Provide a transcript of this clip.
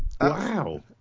Wow